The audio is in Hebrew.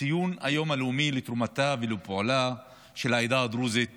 של ציון היום הלאומי לתרומתה ולפועלה של העדה הדרוזית